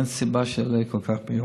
אין סיבה שיעלה כל כך ביוקר.